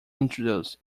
introduced